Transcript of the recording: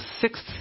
sixth